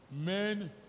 men